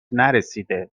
نرسیده